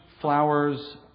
flowers